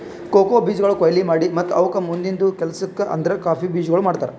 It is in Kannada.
ಕೋಕೋ ಬೀಜಗೊಳ್ ಕೊಯ್ಲಿ ಮಾಡಿ ಮತ್ತ ಅವುಕ್ ಮುಂದಿಂದು ಕೆಲಸಕ್ ಅಂದುರ್ ಕಾಫಿ ಬೀಜಗೊಳ್ ಮಾಡ್ತಾರ್